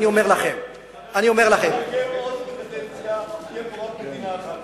אם תהיה לו עוד קדנציה, תהיה פה רק מדינה אחת.